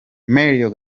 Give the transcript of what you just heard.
memorial